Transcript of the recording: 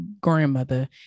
grandmother